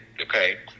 okay